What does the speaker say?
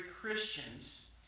Christians